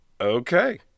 Okay